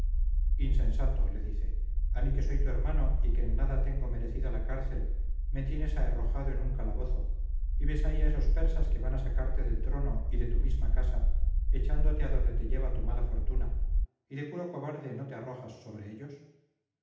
insensato le dice a mí que soy tu hermano y que en nada tengo merecida la cárcel me tienes aherrojado en un calabozo y ves ahí a esos persas que van a sacarte del trono y de tu misma casa echándote a donde te lleva tu mala fortuna y de puro cobarde no te arrojas sobre ellos